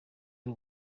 y’u